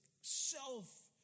self